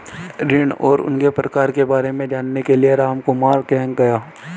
ऋण और उनके प्रकार के बारे में जानने के लिए रामकुमार बैंक गया